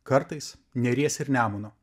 kartais neries ir nemuno